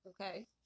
Okay